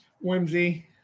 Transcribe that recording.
whimsy